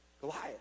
Goliath